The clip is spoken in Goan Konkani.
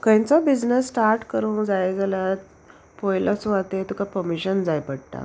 खंयचो बिजनस स्टार्ट करूंक जाय जाल्यार पोयलो सुवाते तुका परमिशन जाय पडटा